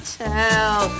tell